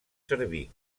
servir